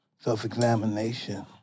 self-examination